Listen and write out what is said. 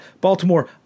Baltimore